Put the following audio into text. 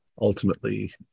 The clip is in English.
Ultimately